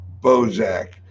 Bozak